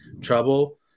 trouble